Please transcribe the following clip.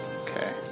Okay